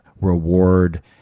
reward